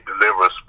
delivers